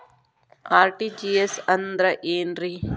RTGS ಅಂದ್ರ ಏನ್ರಿ?